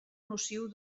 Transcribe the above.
nociu